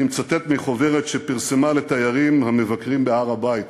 אני מצטט מחוברת שפרסמה לתיירים המבקרים בהר-הבית,